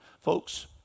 Folks